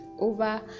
over